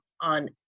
on